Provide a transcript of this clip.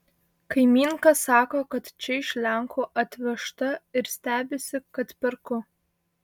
kaimynka sako kad čia iš lenkų atvežta ir stebisi kad perku